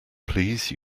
please